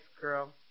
girl